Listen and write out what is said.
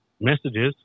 messages